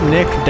Nick